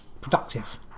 productive